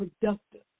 productive